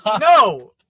no